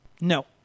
No